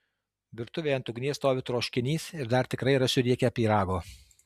virtuvėje ant ugnies stovi troškinys ir dar tikrai rasiu riekę pyrago